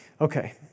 Okay